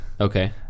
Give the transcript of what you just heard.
okay